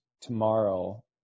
tomorrow